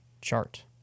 chart